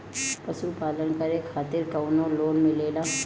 पशु पालन करे खातिर काउनो लोन मिलेला?